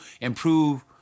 improve